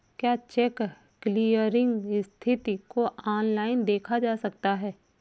क्या check clearing स्थिति को ऑनलाइन देखा जा सकता है?